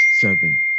Seven